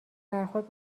برخورد